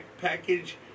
package